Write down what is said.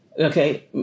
Okay